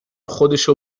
خودشو